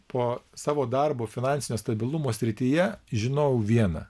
po savo darbo finansinio stabilumo srityje žinau viena